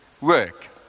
work